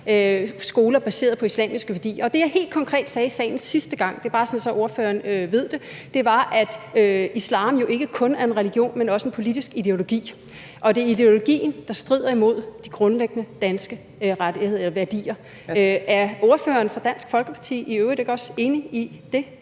skoler baseret på islamiske værdier. Og det, jeg helt konkret sagde i salen sidste gang – det er bare, så ordføreren ved det – var, at islam jo ikke kun er en religion, men også en politisk ideologi, og det er ideologien, der strider imod de grundlæggende danske værdier. Er ordføreren for Dansk Folkeparti i øvrigt ikke også enig i det?